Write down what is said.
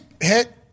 hit